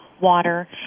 water